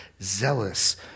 Zealous